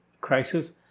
crisis